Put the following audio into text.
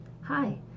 Hi